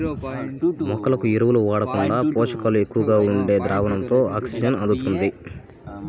మొక్కలకు ఎరువులు వాడకుండా పోషకాలు ఎక్కువగా ఉండే ద్రావణంతో ఆక్సిజన్ అందుతుంది